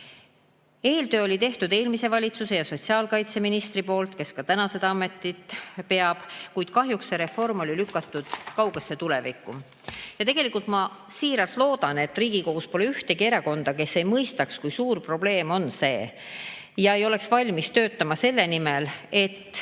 Eeltöö oli tehtud eelmise valitsuse ja sotsiaalkaitseministri poolt, kes ka täna seda ametit peab, kuid kahjuks oli see reform lükatud kaugesse tulevikku. Tegelikult ma siiralt loodan, et Riigikogus pole ühtegi erakonda, kes ei mõistaks, kui suur see probleem on, ega oleks valmis töötama selle nimel, et